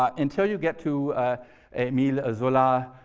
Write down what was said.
ah until you get to emile zola,